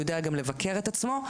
הוא יודע גם לבקר את עצמו.